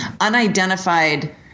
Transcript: unidentified